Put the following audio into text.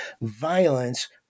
violence